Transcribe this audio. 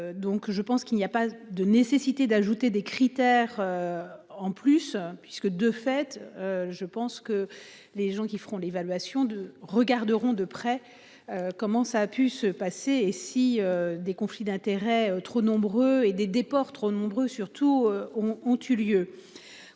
je pense qu'il n'y a pas de nécessité d'ajouter des critères. En plus puisque de fait. Je pense que les gens qui feront l'évaluation de regarderont de près. Comment ça a pu se passer et si des conflits d'intérêts trop nombreux et des déports trop nombreux surtout ont ont eu lieu.